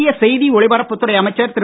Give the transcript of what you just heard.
மத்திய செய்தி ஒலிபரப்புத் துறை அமைச்சர் திரு